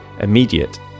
immediate